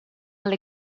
alle